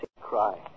cry